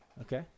Okay